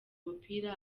umupira